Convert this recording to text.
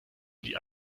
die